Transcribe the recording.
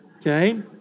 Okay